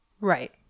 Right